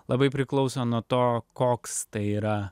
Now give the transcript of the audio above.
labai priklauso nuo to koks tai yra